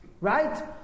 Right